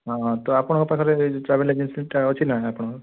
ହଁ ହଁ ତ ଆପଣଙ୍କ ପାଖରେ ଟ୍ରାଭେଲ୍ ଏଜେନ୍ସିଟା ଅଛି ନା ଆପଣଙ୍କର